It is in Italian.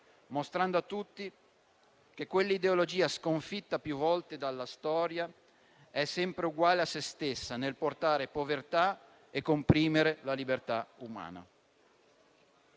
mostrando a tutti che quell'ideologia, sconfitta più volte dalla storia, è sempre uguale a se stessa nel portare povertà e comprimere la libertà umana.